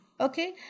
Okay